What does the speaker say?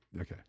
okay